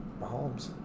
Mahomes